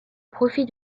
profit